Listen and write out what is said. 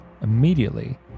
immediately